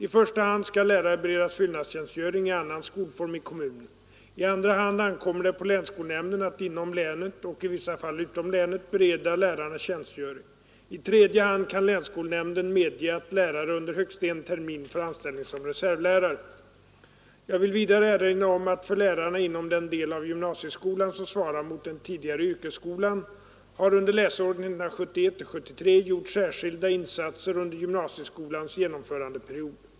I första hand skall lärare beredas fyllnadstjänstgöring i annan skolform i kommunen. I andra hand ankommer det på länsskolnämnden att inom länet bereda lärarna tjänstgöring. I tredje hand kan länsskolnämnden medge att lärare under högst en termin får anställas som reservlärare. Jag vill vidare erinra om att för lärarna inom den del av gymnasieskolan som svarar mot den tidigare yrkesskolan har under läsåren 1971 73 gjorts särskilda insatser under gymnasieskolans genom förandeperiod.